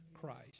Christ